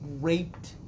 Raped